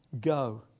go